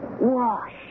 wash